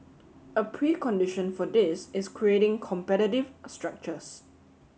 a precondition for this is creating competitive structures